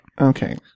Okay